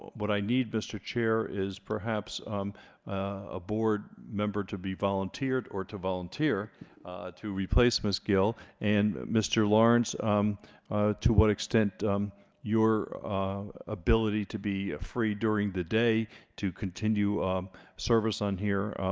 what i need mr. chair is perhaps a board member to be volunteered or to volunteer to replace miss gill and mr. lawrence um to what extent your ability to be free during the day to continue service on here